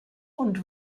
und